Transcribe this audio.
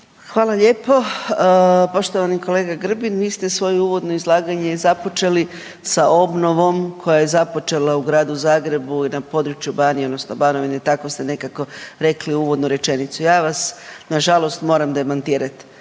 Hvala lijepo. Poštovani kolega Grbin, vi ste svoje uvodno izlaganje započeli sa obnovom koja je započela u Gradu Zagrebu i na području Banije odnosno Banovine, tako ste nekako rekli uvodnu rečenicu. Ja vas nažalost moram demantirat.